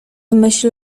myśl